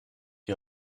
die